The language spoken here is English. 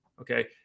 okay